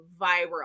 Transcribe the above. viral